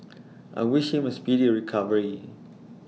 I wish him A speedy recovery